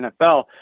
NFL